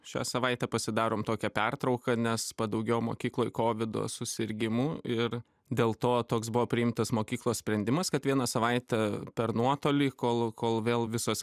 šią savaitę pasidarom tokią pertrauką nes padaugėjo mokykloj kovido susirgimų ir dėl to toks buvo priimtas mokyklos sprendimas kad vieną savaitę per nuotolį kol kol vėl visos